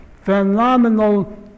Phenomenal